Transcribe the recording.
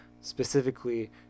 specifically